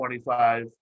25